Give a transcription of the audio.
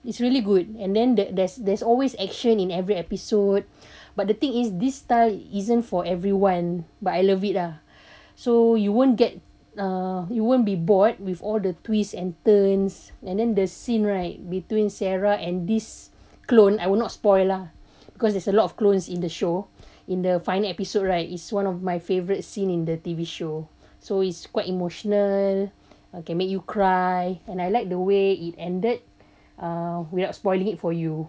it's really good and then that there's there's always action in every episode but the thing is this style isn't for everyone but I love it lah so you won't get err you won't be bored with all the twists and turns and then the scene right between sarah and this clone I will not spoil lah because there's a lot of clones in the show in the final episode right is one of my favourite scene in the T_V show so it's quite emotional or can make you cry and I like the way it ended uh without spoiling it for you